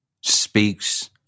speaks